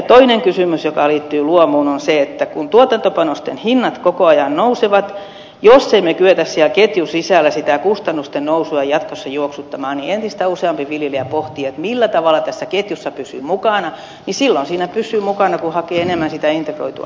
toinen kysymys joka liittyy luomuun on se että kun tuotantopanosten hinnat koko ajan nousevat niin jos emme kykene siellä ketjun sisällä sitä kustannusten nousua jatkossa juoksuttamaan niin entistä useampi viljelijä pohtii millä tavalla tässä ketjussa pysyy mukana ja silloin siinä pysyy mukana kun hakee enemmän sitä integroitua tuotantoa